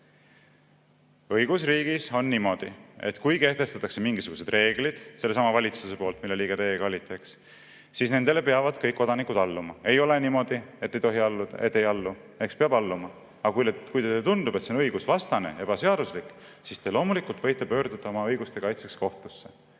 Õigusriigis on niimoodi, et kui kehtestatakse mingisugused reeglid – need kehtestas seesama valitsus, mille liige teie ka olite, eks –, siis nendele peavad kõik kodanikud alluma. Ei ole niimoodi, et ei allu, peab alluma. Aga kui teile tundub, et see on õigusvastane, ebaseaduslik, siis te loomulikult võite pöörduda oma õiguste kaitseks kohtusse.